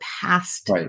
past